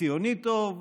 ציוני טוב,